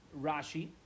Rashi